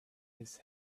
his